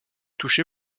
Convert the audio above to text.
touché